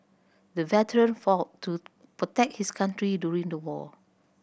the veteran fought to protect his country during the war